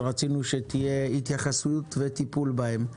שרצינו שתהיה התייחסות וטיפול בהן: